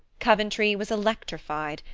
coventry was electrified,